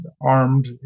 armed